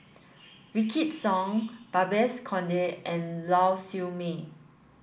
Wykidd Song Babes Conde and Lau Siew Mei